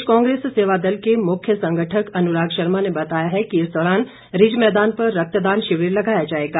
प्रदेश कांग्रेस सेवादल के मुख्य संगठक अनुराग शर्मा ने बताया है कि इस दौरान रिज मैदान पर रक्तदान शिविर लगाया जाएगा